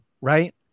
right